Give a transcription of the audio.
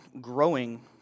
growing